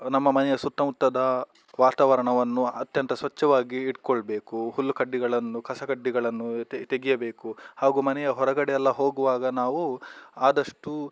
ನಮ್ಮ ಮನೆಯ ಸುತ್ತಮುತ್ತದ ವಾತಾವರಣವನ್ನು ಅತ್ಯಂತ ಸ್ವಚ್ಛವಾಗಿ ಇಟ್ಕೊಳ್ಬೇಕು ಹುಲ್ಲು ಕಡ್ಡಿಗಳನ್ನು ಕಸ ಕಡ್ಡಿಗಳನ್ನು ತೆಗೆಯಬೇಕು ಹಾಗೂ ಮನೆಯ ಹೊರಗಡೆ ಎಲ್ಲ ಹೋಗುವಾಗ ನಾವು ಆದಷ್ಟು